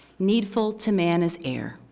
needful to man is air,